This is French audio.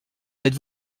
êtes